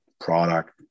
product